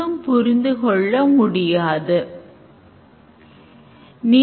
User தொகையை உள்ளிடுகிறார்